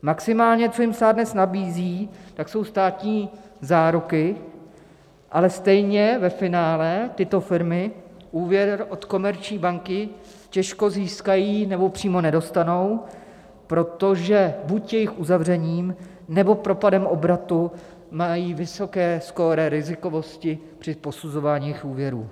Maximálně, co jim stát dnes nabízí, jsou státní záruky, ale stejně ve finále tyto firmy úvěr od Komerční banky těžko získají nebo přímo nedostanou, protože buď jejich uzavřením, nebo propadem obratu mají vysoké skóre rizikovosti při posuzování úvěrů.